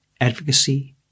Advocacy